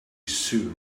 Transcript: soon